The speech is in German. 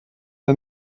der